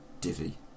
divvy